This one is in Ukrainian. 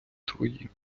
твої